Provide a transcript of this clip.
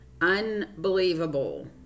unbelievable